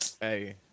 hey